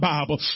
Bible